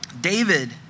David